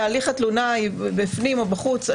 אם הליך התלונה בפנים או בחוץ,